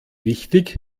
wichtig